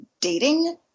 dating